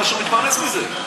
בגלל שהוא מתפרנס מזה.